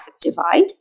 divide